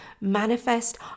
manifest